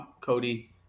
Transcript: Cody